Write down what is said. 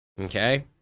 Okay